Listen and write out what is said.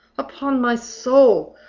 upon my soul,